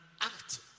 act